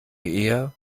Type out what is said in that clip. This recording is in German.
eher